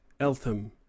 Eltham